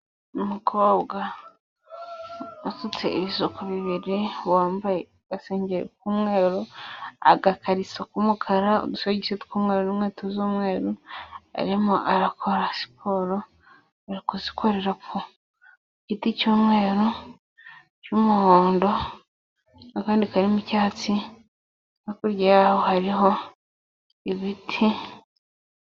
Umukobwa usutse ibisuko bibiri, wambaye agasengeri k'umweru, agakariso k'umukara, udusogisi tw'umweru, unkwto z'umweru, arimo arakora siporo, ari kuzikorera ku giti cy'umweru, cy'umuhondo, akandi karirimo icyatsi, hakurya y'aho hariho ibiti.